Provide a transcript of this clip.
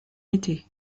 été